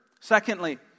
Secondly